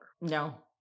No